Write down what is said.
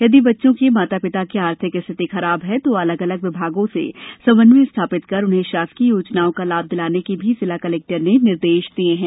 यदि बच्चे के माता पिता की आर्थिक स्थिति खराब है तो अलग अलग विभागों से समन्वय स्थापित कर उन्हें शासकीय योजनाओं का लाभ दिलाने के भी जिला कलेक्टर ने निर्देश दिये हैं